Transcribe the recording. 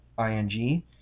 ing